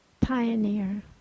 pioneer